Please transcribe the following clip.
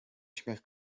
śmiech